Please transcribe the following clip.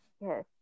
Yes